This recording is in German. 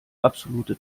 absolute